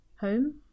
home